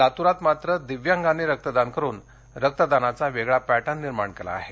लातूरात मात्र दिव्यांगानी रक्तदान करुन रक्तदानाचा वेगळा पॅटर्न निर्माण केला आहे